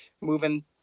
moving